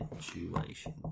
situation